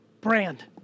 Brand